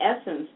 essence